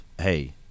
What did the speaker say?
hey